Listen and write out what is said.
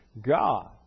God